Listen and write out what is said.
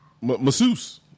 masseuse